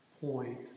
point